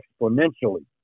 exponentially